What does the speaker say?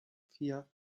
vier